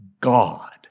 God